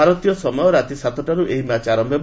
ଭାରତୀୟ ସମୟ ରାତି ସାତଟାରୁ ଏହି ମ୍ୟାଚ୍ ଆରମ୍ଭ ହେବ